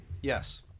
Yes